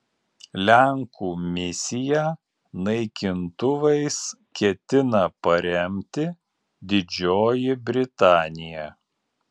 lenkų misiją naikintuvais ketina paremti didžioji britanija